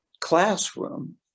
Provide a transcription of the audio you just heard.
classroom